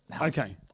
Okay